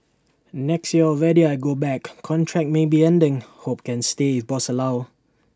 next year already I go back contract maybe ending hope can stay if boss allow